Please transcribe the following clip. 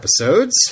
episodes